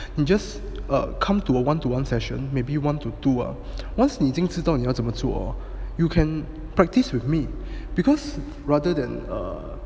just err come to a one to one session maybe you one to two uh once 你已经知道你要怎么做 you can practice with me because rather than err